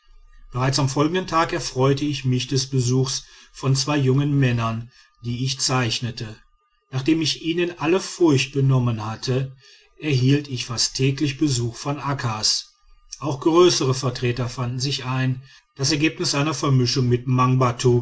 bereits am folgenden tag erfreute ich mich des besuchs von zwei jungen männern die ich zeichnete nachdem ich ihnen alle furcht benommen hatte erhielt ich fast täglich besuch von akkas auch größere vertreter fanden sich ein das ergebnis einer vermischung mit